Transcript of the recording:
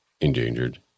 endangered